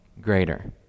greater